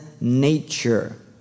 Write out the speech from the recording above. nature